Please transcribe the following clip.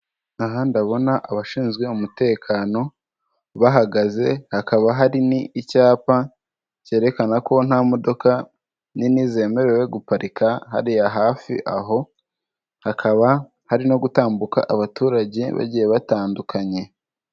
Aha ndabona abashinzwe umutekano bahagaze, hakaba hari n'icyapa cyerekana ko nta modoka nini zemerewe guparika hariya hafi aho, hakaba hari no gutambuka abaturage bagiye batandukanye.